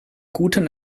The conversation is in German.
guten